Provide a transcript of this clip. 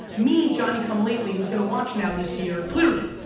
me johnnie come lately who's gonna watch now this year clearly,